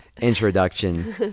introduction